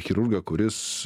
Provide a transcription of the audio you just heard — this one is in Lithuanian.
chirurgą kuris